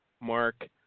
Mark